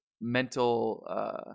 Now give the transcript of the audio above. mental